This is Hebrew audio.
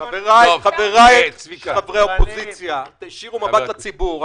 חבריי חברי האופוזיציה, תישירו מבט לציבור.